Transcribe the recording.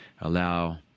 allow